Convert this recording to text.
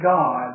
God